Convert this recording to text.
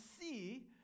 see